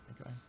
Okay